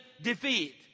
defeat